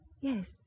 Yes